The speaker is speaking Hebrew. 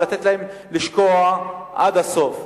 ונותנים להם לשקוע עד הסוף.